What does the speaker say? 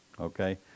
Okay